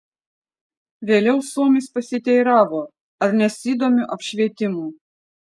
vėliau suomis pasiteiravo ar nesidomiu apšvietimu